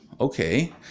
okay